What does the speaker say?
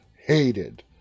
hated